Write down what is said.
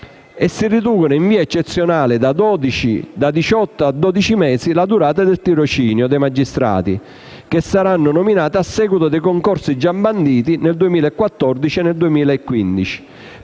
e si riduce, in via eccezionale, da diciotto a dodici mesi la durata del tirocinio dei magistrati che saranno nominati a seguito dei concorsi già banditi nel 2014 e nel 2015